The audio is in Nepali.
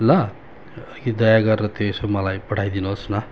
ल यो दया गरेर त्यो यसो मलाई पठाइदिनुहोस् न